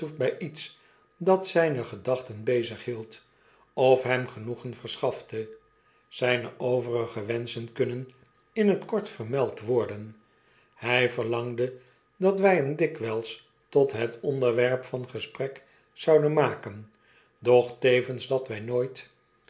lets dat zjjne gedachten bezighield of hem genoegen verschatte zyne overige wenschen kunnen in het kort vermeld worden hy verlangde dat wy hem dikwyls tot het onderwerp van gesprek zouden maken doch tevens dat wij nooit